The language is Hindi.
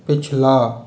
पिछला